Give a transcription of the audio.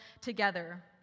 together